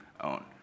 own